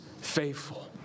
faithful